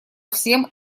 всем